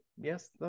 Yes